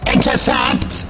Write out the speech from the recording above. Intercept